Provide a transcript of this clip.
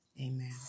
amen